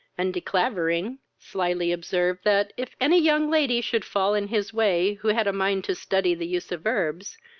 and de clavering slily observed, that, if any young lady should fall in his way who had a mind to study the use of herbs,